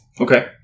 Okay